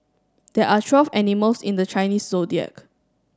there are twelve animals in the Chinese Zodiac